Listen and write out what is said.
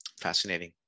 Fascinating